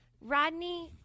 Rodney